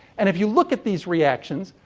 and, if you look at these reactions,